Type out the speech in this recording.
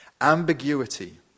Ambiguity